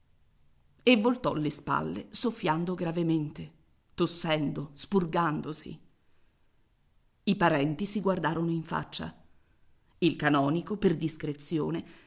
e voltò le spalle soffiando gravemente tossendo spurgandosi i parenti si guardarono in faccia il canonico per discrezione